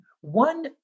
one